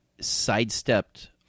sidestepped